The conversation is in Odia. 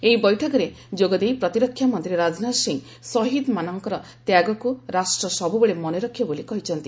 ଏହି ବୈଠକରେ ଯୋଗଦେଇ ପ୍ରତିରକ୍ଷାମନ୍ତ୍ରୀ ରାଜନାଥ ସିଂହ ସହିଦ ମାନଙ୍କର ତ୍ୟାଗକୁ ରାଷ୍ଟ୍ର ସବୂବେଳେ ମନେରଖିବ ବୋଲି କହିଛନ୍ତି